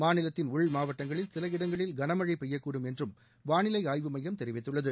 மாநிலத்தின் உள்மாவட்டங்களில் சில இடங்களில் கனமழை பெய்யக்கூடும் என்றும் வானிலை ஆய்வு மையம் தெரிவித்துள்ளது